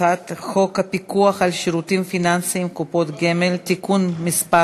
הפיקוח על שירותים פיננסיים (קופות גמל) (תיקון מס'